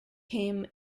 came